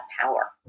power